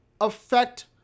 affect